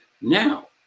now